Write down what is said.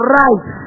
right